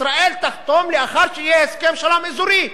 ישראל תחתום לאחר שיהיה הסכם שלום אזורי.